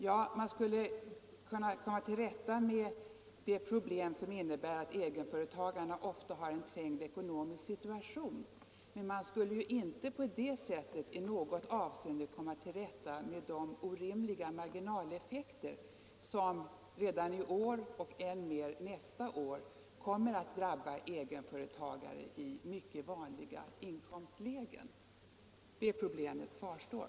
Ja, man skulle komma till rätta med problemet att egenföretagarna ofta har en trängd ekonomi, men man skulle inte i något avseende komma 195 till rätta med de orimliga marginaleffekter som redan i år och än mer nästa år kommer att drabba egenföretagare i vanliga inkomstlägen. Det problemet kvarstår.